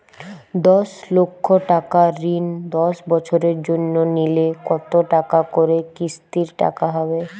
দশ লক্ষ টাকার ঋণ দশ বছরের জন্য নিলে কতো টাকা করে কিস্তির টাকা হবে?